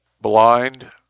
Blind